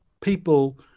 people